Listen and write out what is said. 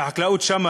והחקלאות שם,